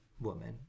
woman